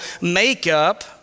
makeup